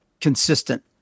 consistent